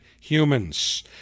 humans